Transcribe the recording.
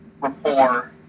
rapport